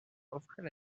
offrait